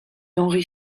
d’henri